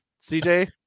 CJ